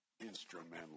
instrumental